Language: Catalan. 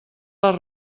les